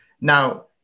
Now